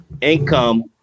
income